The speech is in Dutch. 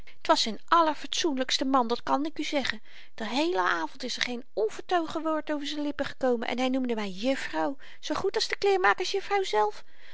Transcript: t was n allerfatsoenlykste man dat kan ik u zeggen den heelen avend is er geen onvertogen woord over z'n lippen gekomen en hy noemde my juffrouw zoo goed als de kleermakers juffrouw zelf